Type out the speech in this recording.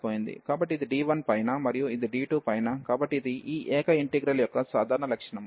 కాబట్టి ఇది D1 పైన మరియు ఇది D2 పైన కాబట్టి ఇది ఈ ఏక ఇంటిగ్రల్ యొక్క సాధారణ లక్షణము